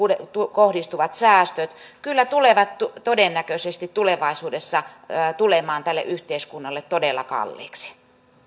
kohdistuvat säästöt kyllä tulevat todennäköisesti tulevaisuudessa tälle yhteiskunnalle todella kalliiksi